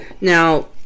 Now